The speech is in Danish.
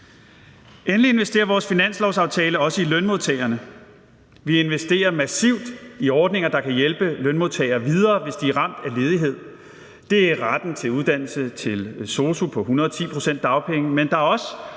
Endelig investerer vi med vores finanslovsaftale også i lønmodtagerne. Vi investerer massivt i ordninger, der kan hjælpe lønmodtagere videre, hvis de er ramt af ledighed: Det er retten til uddannelse til sosu på 110 pct. af dagpengeniveauet, men der er også